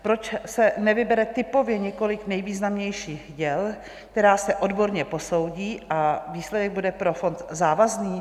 Proč se nevybere typově několik nejvýznamnějších děl, která se odborně posoudí, a výsledek bude pro fond závazný?